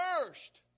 first